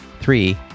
Three